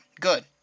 Good